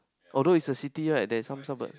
although is a city right there is some suburb